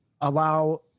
allow